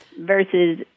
versus